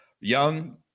young